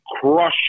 crush